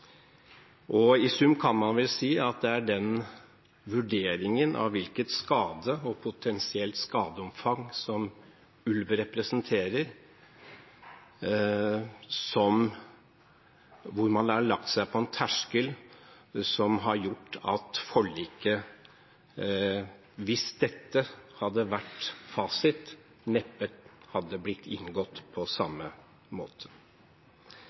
I sum kan man vel si at når det gjelder vurderingen av hvilken skade og hvilket potensielt skadeomfang som ulv representerer, har man lagt seg på en terskel som har gjort at forliket neppe hadde blitt inngått på samme måte hvis dette hadde vært fasit.